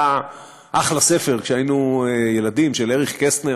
היה אחלה ספר, כשהיינו ילדים, של אריך קסטנר,